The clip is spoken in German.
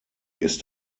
ist